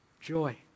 joy